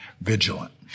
vigilant